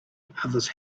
others